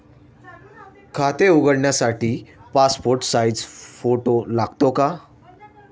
खाते उघडण्यासाठी passport size photo लागतो का?